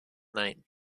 night